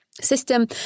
system